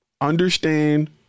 Understand